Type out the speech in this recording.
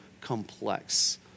complex